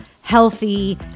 healthy